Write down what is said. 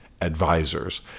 advisors